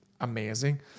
amazing